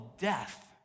death